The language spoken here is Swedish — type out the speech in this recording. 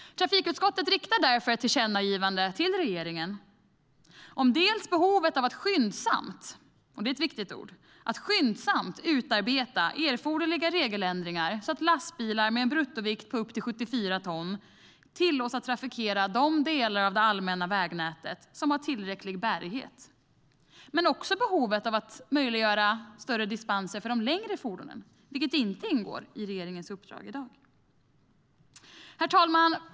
Trafikutskottet riktar därför ett tillkännagivande till regeringen om behovet av att skyndsamt - och det är ett viktigt ord - utarbeta erforderliga regeländringar så att lastbilar med en bruttovikt på upp till 74 ton tillåts att trafikera de delar av det allmänna vägnätet som har tillräcklig bärighet. Det gäller också behovet att möjliggöra fler dispenser för de längre fordonen, vilket inte ingår i regeringens uppdrag i dag. Herr talman!